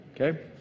Okay